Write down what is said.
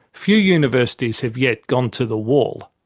few universities have yet gone to the wall,